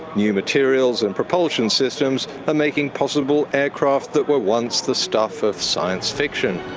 new materials and propulsion systems are making possible aircraft that were once the stuff of science fiction,